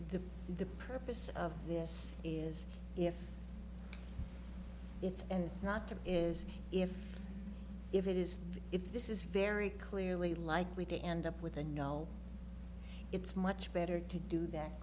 the the purpose of this is if it's and it's not to is if if it is if this is very clearly likely to end up with a no it's much better to do that